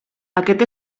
aquest